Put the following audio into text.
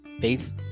faith